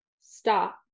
stop